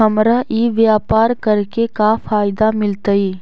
हमरा ई व्यापार करके का फायदा मिलतइ?